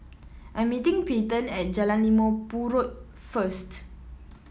I'm meeting Peyton at Jalan Limau Purut first